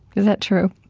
that true?